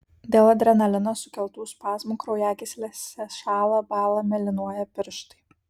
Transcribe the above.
dėl adrenalino sukeltų spazmų kraujagyslėse šąla bąla mėlynuoja pirštai